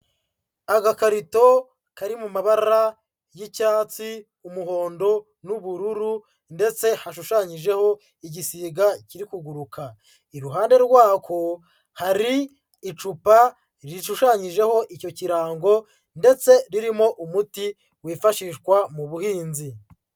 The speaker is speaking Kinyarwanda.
Agakarito kari mu mabara y'icyatsi, umuhondo n'ubururu ndetse hashushanyijeho igisiga kiri kuguruka. Iruhande rwako hari icupa rishushanyijeho icyo kirango, ndetse ririmo umuti wifashishwa mu buhinzi.